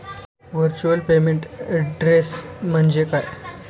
Virtual payment address म्हणजे काय?